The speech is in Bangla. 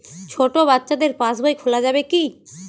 ছোট বাচ্চাদের পাশবই খোলা যাবে কি?